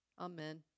Amen